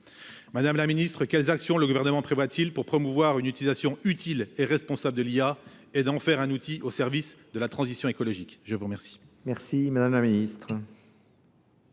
Madame la Ministre, quelles actions le gouvernement prévoit-il pour promouvoir une utilisation utile et responsable de l'IA et d'en faire un outil au service de la transition écologique ? Je vous remercie.